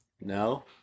no